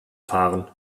fahren